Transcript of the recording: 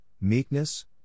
meekness